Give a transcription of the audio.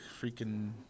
freaking